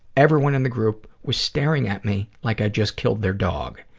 everyone in the group was staring at me like i'd just killed their dog.